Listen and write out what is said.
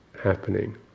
happening